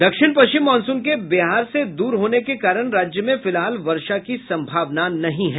दक्षिण पश्चिम मॉनसून के बिहार से दूर होने के कारण राज्य में फिलहाल वर्षा की सम्भावना नहीं है